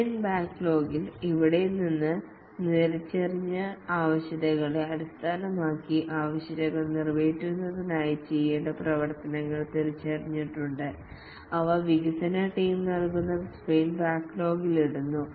sprint ബാക്ക്ലോഗിൽ ഇവിടെ നിന്ന് തിരിച്ചറിഞ്ഞ ആവശ്യകതകളെ അടിസ്ഥാനമാക്കി ആവശ്യകതകൾ നിറവേറ്റുന്നതിനായി ചെയ്യേണ്ട പ്രവർത്തനങ്ങൾ തിരിച്ചറിഞ്ഞിട്ടുണ്ട് അവ വികസന ടീം നൽകുന്ന സ്പ്രിന്റ് ബാക്ക്ലോഗിൽ ഇടുന്നു